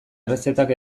errezetak